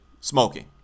smoking